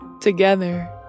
Together